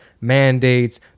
mandates